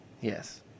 Yes